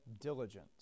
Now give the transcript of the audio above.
diligence